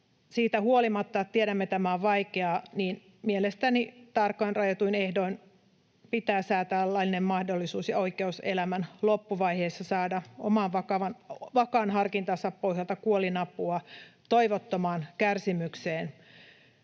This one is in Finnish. siitä huolimatta, että tiedämme, että tämä on vaikeaa, niin mielestäni tarkoin rajatuin ehdoin pitää säätää laillinen mahdollisuus ja oikeus elämän loppuvaiheessa saada oman vakaan harkintansa pohjalta kuolinapua toivottomaan kärsimykseen.